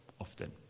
often